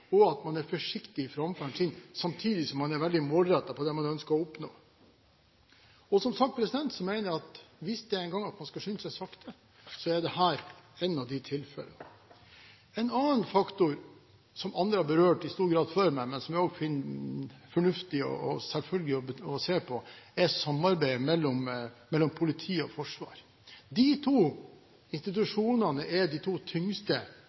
en forsiktig framferd, samtidig som man er veldig målrettet på det man ønsker å oppnå. Og, som sagt: Hvis det er en gang man skal skynde seg sakte, så er dette ett av de tilfellene. En annen faktor som andre i stor grad har berørt før meg, men som jeg finner fornuftig og selvfølgelig å se på, er samarbeidet mellom politi og forsvar. Disse to institusjonene er de tyngste